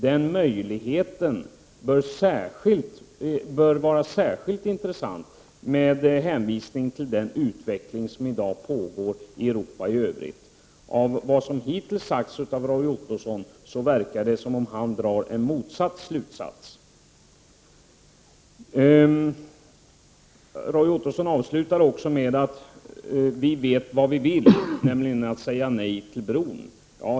Den möjligheten bör vara särskilt intressant mot bakgrund av den utveckling som i dag pågår i Europa i övrigt. Av vad Roy Ottosson hittills har sagt verkar det som om han drar den motsatta slutsatsen. 39 Roy Ottosson avslutar med att säga att miljöpartiet vet vad det vill, nämligen att säga nej till bron.